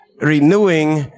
renewing